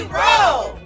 roll